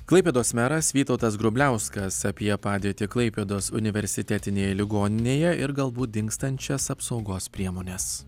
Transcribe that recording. klaipėdos meras vytautas grubliauskas apie padėtį klaipėdos universitetinėje ligoninėje ir galbūt dingstančias apsaugos priemones